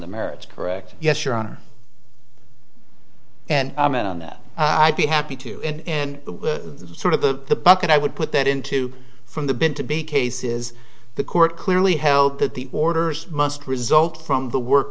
the merits correct yes your honor and i meant on that i'd be happy to and the sort of the bucket i would put that into from the bin to be cases the court clearly held that the orders must result from the work